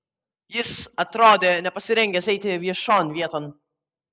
jis atrodė nepasirengęs eiti viešon vieton